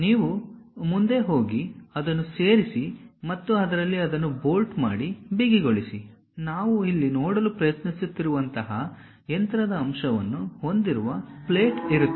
ನೀವು ಮುಂದೆ ಹೋಗಿ ಅದನ್ನು ಸೇರಿಸಿ ಮತ್ತು ಅದರಲ್ಲಿ ಅದನ್ನು ಬೋಲ್ಟ್ ಮಾಡಿ ಬಿಗಿಗೊಳಿಸಿ ನಾವು ಇಲ್ಲಿ ನೋಡಲು ಪ್ರಯತ್ನಿಸುತ್ತಿರುವಂತಹ ಯಂತ್ರದ ಅಂಶವನ್ನು ಹೊಂದಿರುವ ಪ್ಲೇಟ್ ಇರುತ್ತದೆ